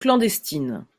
clandestines